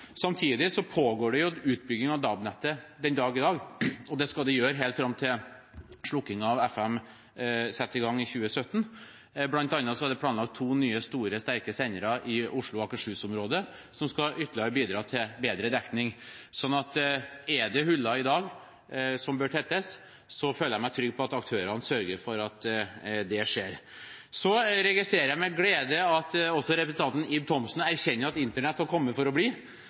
Samtidig pågår det utbygging av DAB-nettet den dag i dag, og det skal det gjøre helt fram til slukkingen av FM-nettet setter i gang i 2017. Blant annet er det planlagt to nye store, sterke sendere i Oslo- og Akershus-området, som skal bidra ytterligere til bedre dekning, sånn at er det huller i dag som bør tettes, føler jeg meg trygg på at aktørene sørger for at det skjer. Så registrerer jeg med glede at også representanten Ib Thomsen erkjenner at Internett har kommet for å bli.